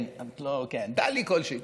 כן, טלי כלשהי.